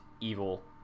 evil